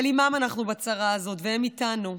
אבל עימם אנחנו בצרה הזאת, והם איתנו.